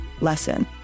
lesson